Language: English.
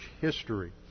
history